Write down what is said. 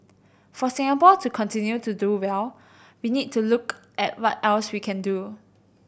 for Singapore to continue to do well we need to look at what else we can do